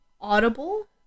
Audible